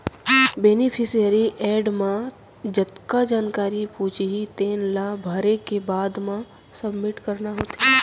beneficiary add म जतका जानकारी पूछही तेन ला भरे के बाद म सबमिट करना होथे